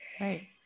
Right